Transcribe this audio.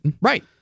Right